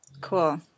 Cool